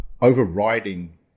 overriding